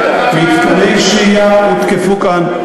מתקני שהייה הותקפו כאן,